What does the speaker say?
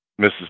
Mrs